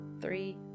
three